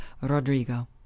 rodrigo